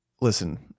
Listen